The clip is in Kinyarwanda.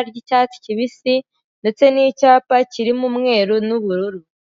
amashanyarazi abafasha kwiteza imbere.